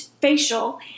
facial